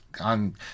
on